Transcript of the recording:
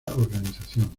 organización